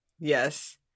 Yes